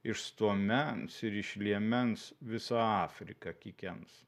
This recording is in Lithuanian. iš stuomens ir iš liemens visa afrika kikens